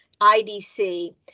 IDC